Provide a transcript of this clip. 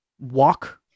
walk